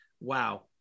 wow